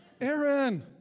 Aaron